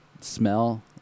Smell